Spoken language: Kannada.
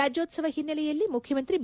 ರಾಜ್ಣೋತ್ಲವ ಹಿನ್ನೆಲೆಯಲ್ಲಿ ಮುಖ್ಯಮಂತ್ರಿ ಬಿ